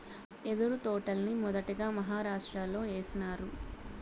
యెదురు తోటల్ని మొదటగా మహారాష్ట్రలో ఏసినారు